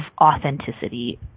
authenticity